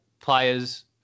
Players